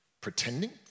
pretending